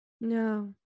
no